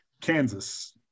Kansas